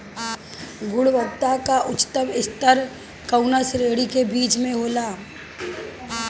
गुणवत्ता क उच्चतम स्तर कउना श्रेणी क बीज मे होला?